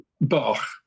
Bach